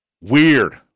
Weird